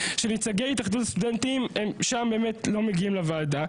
שנציגי התאחדות הסטודנטים לא מגיעים לוועדה,